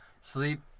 sleep